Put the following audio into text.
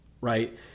right